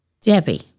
Debbie